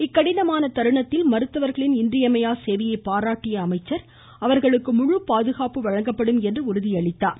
இக்கடினமான தருணத்தில் மருத்துவர்களின் இன்றியமையா சேவையை பாராட்டிய அமைச்சர் அவர்களுக்கு முழு பாதுகாப்பும் வழங்கப்படும் என உறுதியளித்தார்